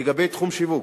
לגבי תחום השיווק,